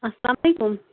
اسلامُ علیکُم